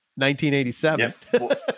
1987